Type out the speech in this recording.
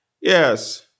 Yes